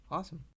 Awesome